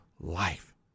life